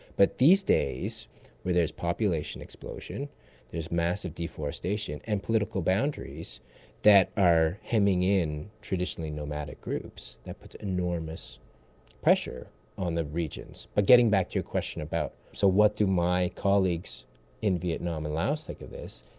but these days where there's population explosion there's massive deforestation and political boundaries that are hemming in traditionally nomadic groups that puts enormous pressure on the regions. but getting back to your question about so what my colleagues in vietnam and laos think of this,